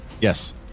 Yes